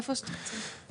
איפה שתרצו.